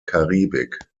karibik